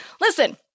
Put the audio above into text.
listen